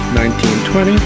1920